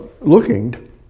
looking